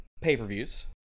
pay-per-views